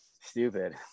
stupid